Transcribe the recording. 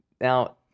now